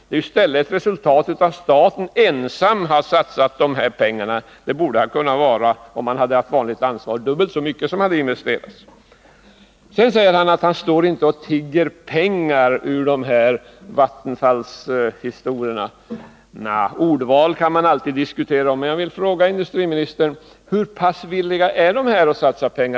Det är i stället ett resultat av att staten ensam har satsat dessa pengar, och det borde ha kunnat vara det även om dubbelt så mycket hade investerats. Nils Åsling säger att han inte står och tigger pengar för de investeringar som vattenfallsstyrelsen har tecknat avtal om. Ordval kan alltid diskuteras. Men jag vill fråga industriministern: Hur pass villiga är företagen att satsa pengar?